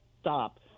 stop